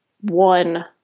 one